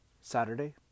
Saturday